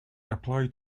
apply